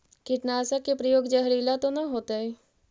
कीटनाशक के प्रयोग, जहरीला तो न होतैय?